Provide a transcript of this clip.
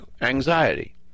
anxiety